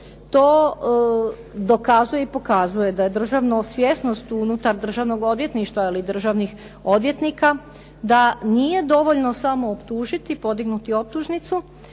To dokazuje i pokazuje da je državno, svjesnost unutar Državnog odvjetništva ili državnih odvjetnika da nije dovoljno samo optužiti, podignuti optužnicu,